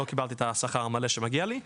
לא קיבלתי את השכר המלא שמגיע לי,